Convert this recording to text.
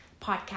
podcast